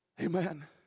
Amen